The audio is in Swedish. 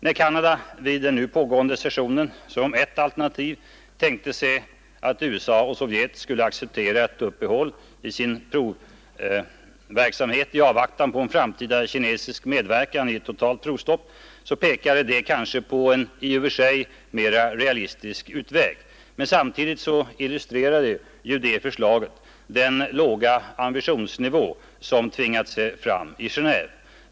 När Canada vid den nu pågående sessionen som ett alternativ tänkte sig att USA och Sovjet skulle acceptera ett uppehåll i sin provverksamhet i avvaktan på en framtida kinesisk medverkan i ett totalt provstopp pekade detta kanske på en i och för sig mera realistisk utväg. Men samtidigt illustrerade det förslaget den låga ambitionsnivå som tvingat sig fram i Genéve.